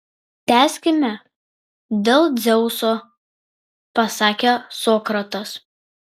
tęskime dėl dzeuso pasakė sokratas